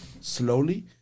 slowly